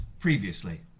Previously